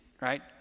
right